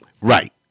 Right